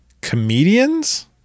Comedians